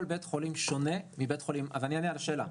אני אענה על השאלה,